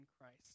Christ